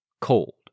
cold